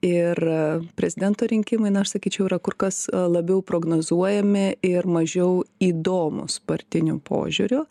ir prezidento rinkimai na aš sakyčiau yra kur kas labiau prognozuojami ir mažiau įdomūs partiniu požiūriu